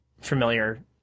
familiar